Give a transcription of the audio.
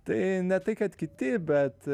tai ne tai kad kiti bet